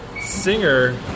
singer